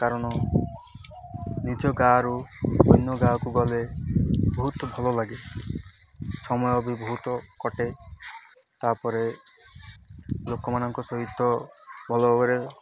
କାରଣ ନିଜ ଗାଁରୁ ଅନ୍ୟ ଗାଁକୁ ଗଲେ ବହୁତ ଭଲ ଲାଗେ ସମୟ ବି ବହୁତ କଟେ ତା'ପରେ ଲୋକମାନଙ୍କ ସହିତ ଭଲ ଭାବରେ